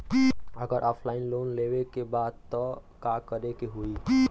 अगर offline loan लेवे के बा त का करे के होयी?